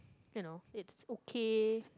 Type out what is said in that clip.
you know it's okay